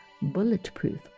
Bulletproof